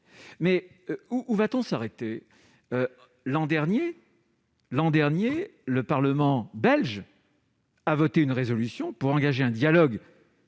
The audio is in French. Où va-t-on s'arrêter ? L'an dernier, le Parlement belge a voté une résolution tendant à engager un dialogue